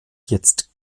jetzt